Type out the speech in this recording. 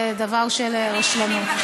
דבר של רשלנות.